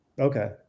okay